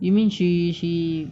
you mean she she